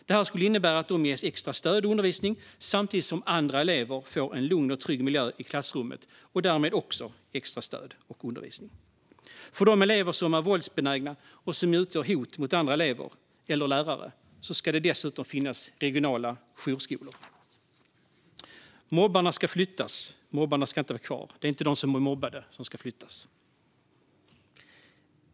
Det skulle innebära att de ges extra stöd och undervisning, samtidigt som andra elever får en lugn och trygg miljö i klassrummet och därmed också extra stöd och undervisning. För de elever som är våldsbenägna och utgör ett hot mot andra elever eller lärare ska det dessutom finnas regionala jourskolor. Mobbarna ska flyttas; mobbarna ska inte vara kvar. Det är inte de som blir mobbade som ska flyttas.